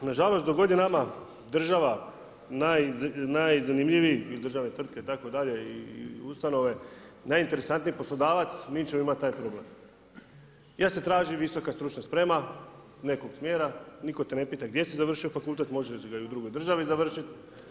Nažalost, dok god je nama država najzanimljiviji i državne tvrtke itd. i ustanove, najinteresantniji poslodavac, mi ćemo imati taj problem, jer se traži visoka stručnog sprema, nekog smjera, nitko te ne pita gdje se i završio fakultet, možeš ga reći i u drugoj državi završiti.